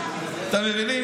די עם הצביעות,